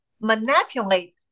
manipulate